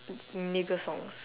nigga songs